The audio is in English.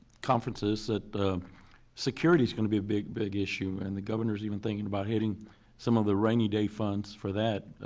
conferences that security is gonna be a big issue and the governor is even thinking about hitting some of the rainy day funds for that.